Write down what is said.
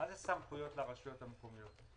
מה זה סמכויות לרשויות המקומיות?